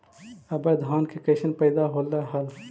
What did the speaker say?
अबर धान के कैसन पैदा होल हा?